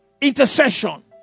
intercession